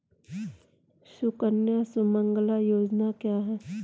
सुकन्या सुमंगला योजना क्या है?